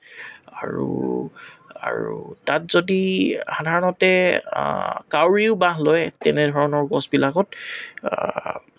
আৰু আৰু তাত যদি সাধাৰণতে কাউৰীও বাহ লয় তেনেধৰণৰ গছবিলাকত